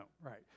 right